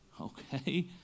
okay